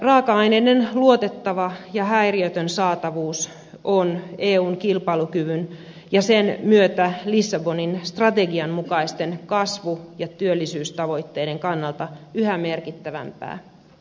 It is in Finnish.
raaka aineiden luotettava ja häiriötön saatavuus on eun kilpailukyvyn ja sen myötä lissabonin strategian mukaisten kasvu ja työllisyystavoitteiden kannalta yhä merkittävämpää